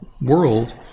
world